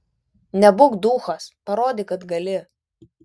nebūk duchas parodyk kad gali